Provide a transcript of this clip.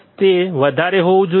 તે વધારે હોવું જોઈએ